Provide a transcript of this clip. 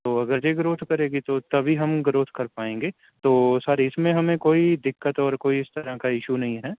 تو اگر یہ گروتھ کرے گی تو تبھی ہم گروتھ کر پائیں گے تو سر اس میں ہمیں کوئی دقت اور کوئی اس طرح کا ایشو نہیں ہے